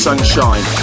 Sunshine